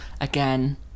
again